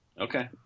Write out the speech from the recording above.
Okay